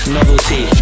Novelty